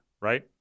right